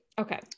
okay